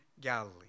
Galilee